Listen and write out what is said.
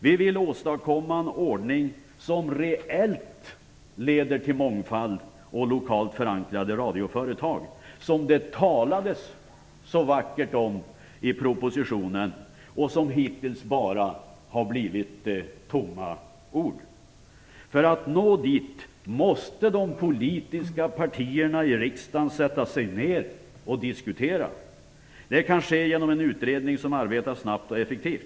Vi vill åstadkomma en ordning som reellt leder till mångfald och lokalt förankrade radioföretag, vilket det talades så vackert om i propositionen men hittills bara är tomma ord. För att nå dit måste de politiska partierna i riksdagen sätta sig ned och diskutera. Det kan ske genom en utredning som arbetar snabbt och effektivt.